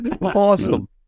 Awesome